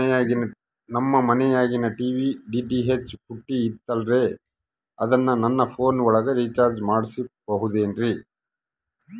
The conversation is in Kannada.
ನಮ್ಮ ಮನಿಯಾಗಿನ ಟಿ.ವಿ ಡಿ.ಟಿ.ಹೆಚ್ ಪುಟ್ಟಿ ಐತಲ್ರೇ ಅದನ್ನ ನನ್ನ ಪೋನ್ ಒಳಗ ರೇಚಾರ್ಜ ಮಾಡಸಿಬಹುದೇನ್ರಿ?